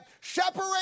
separate